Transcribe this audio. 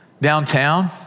downtown